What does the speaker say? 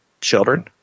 children